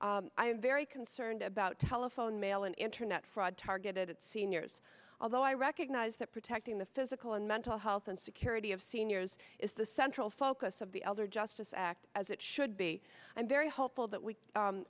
am very concerned about telephone mail and internet fraud targeted at seniors although i recognize that protecting the physical and mental health and security of seniors is the central focus of the elder justice act as it should be i'm very hopeful that we